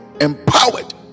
empowered